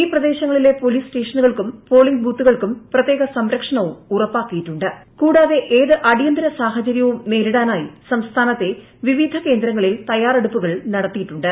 ഈ പ്രദേശങ്ങളിലെ പോലീസ് സ്റ്റേഷനുകൾക്കും പ്ടോളിർഗ് ബൂത്തുകൾക്കും പ്രത്യേക സംരക്ഷണവും ഉറപ്പാക്കിയിട്ടുണ്ട്ട് കൂടാതെ ഏത് അടിയന്തര സാഹചരൃവും നേരിടാനായി സുംസ്ഥാനത്തെ വിവിധ കേന്ദ്രങ്ങളിൽ തയ്യാറെടുപ്പുകൾ നടത്തിയിട്ടുണ്ട്